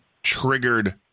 triggered